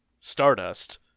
Stardust